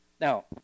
Now